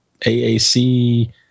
AAC